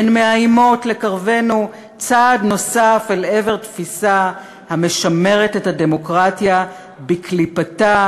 הן מאיימות לקרבנו צעד נוסף אל עבר תפיסה המשמרת את הדמוקרטיה בקליפתה,